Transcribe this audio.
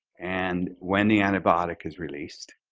and when the antibiotic is released,